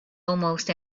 almost